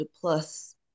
plus